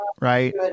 right